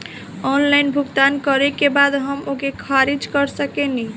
Online भुगतान करे के बाद हम ओके खारिज कर सकेनि?